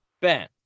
ben